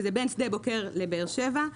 שזה בין שדה בוקר לבאר שבע,